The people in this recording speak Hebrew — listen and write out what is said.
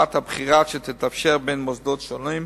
רמת הבחירה שתתאפשר בין מוסדות שונים,